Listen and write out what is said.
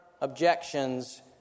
objections